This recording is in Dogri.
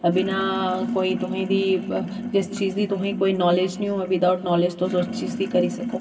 बिना कोई तोहें दी जिस चीज़ दी तोहें ई कोई नॉलेज़ नेईं होऐ बिद आउट नॉलेज़ दे तुस उस चीज़ गी करी सको